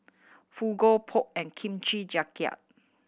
Fugu Pho and Kimchi Jjigae